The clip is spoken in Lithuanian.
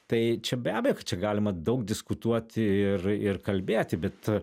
tai čia be abejo kad čia galima daug diskutuoti ir ir kalbėti bet